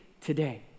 today